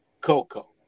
Coco